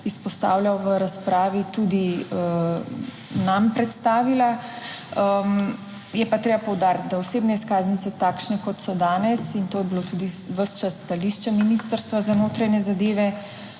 izpostavljal v razpravi, tudi nam predstavila. Je pa treba poudariti, da osebne izkaznice, takšne kot so danes in to je bilo tudi ves čas stališče Ministrstva za notranje zadeve,